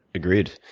agreed.